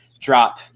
drop